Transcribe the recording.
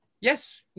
Yes